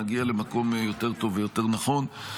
נגיע למקום יותר טוב ויותר נכון.